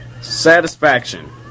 Satisfaction